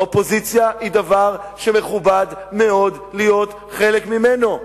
האופוזיציה היא דבר שמכובד מאוד להיות חלק ממנו.